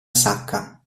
sacca